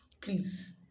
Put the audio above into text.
Please